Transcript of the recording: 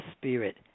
spirit